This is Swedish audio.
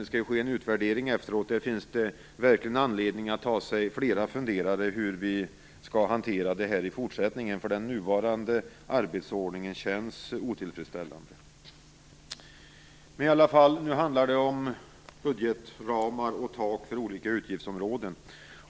Det skall ju ske en utvärdering efteråt, och det finns verkligen anledning att ta sig flera funderare på hur vi skall hantera detta i fortsättningen. Den nuvarande arbetsordningen känns otillfredsställande.